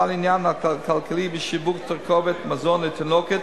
בעל עניין כלכלי בשיווק תרכובת מזון לתינוקות